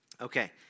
Okay